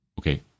okay